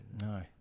No